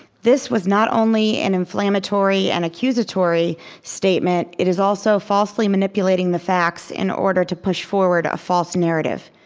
this was not only an inflammatory and accusatory statement, it is also falsely manipulating the facts in order to push forward a false narrative.